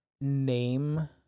name